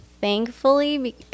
thankfully